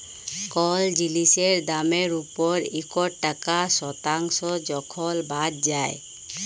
call জিলিসের দামের উপর ইকট টাকা শতাংস যখল বাদ যায়